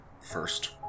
first